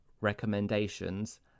recommendations